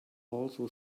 also